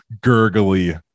gurgly